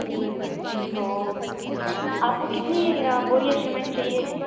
जी तो आपको कितनी बोरियां सीमेंट चाहिए थी